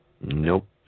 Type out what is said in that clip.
Nope